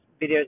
videos